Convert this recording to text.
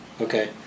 okay